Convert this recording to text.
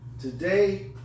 Today